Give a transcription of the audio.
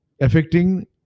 affecting